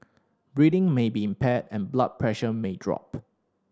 breathing may be impaired and blood pressure may drop